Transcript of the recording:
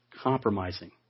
compromising